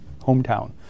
hometown